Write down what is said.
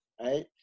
right